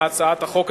מהצעת החוק הזאת.